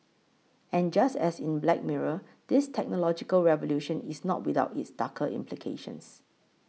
and just as in Black Mirror this technological revolution is not without its darker implications